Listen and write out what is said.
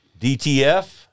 DTF